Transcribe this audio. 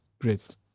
Great